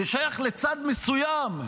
ששייך לצד מסוים,